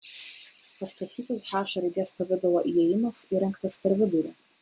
pastatytas h raidės pavidalo įėjimas įrengtas per vidurį